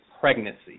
pregnancy